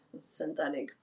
synthetic